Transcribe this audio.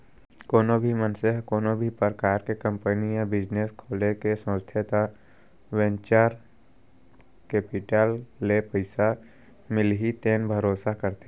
कोनो भी मनसे ह कोनो भी परकार के कंपनी या बिजनेस खोले के सोचथे त वेंचर केपिटल ले पइसा मिलही तेन भरोसा करथे